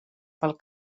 pel